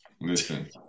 Listen